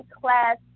class